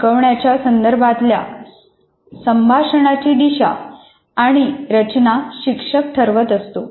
शिकवण्याच्या संदर्भातल्या संभाषणाची दिशा आणि रचना शिक्षक ठरवत असतो